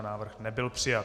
Návrh nebyl přijat.